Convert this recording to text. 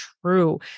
true